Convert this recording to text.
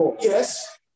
Yes